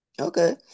Okay